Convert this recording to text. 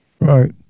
Right